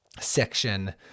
section